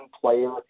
player